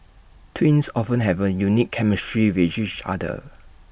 twins often have A unique chemistry with each other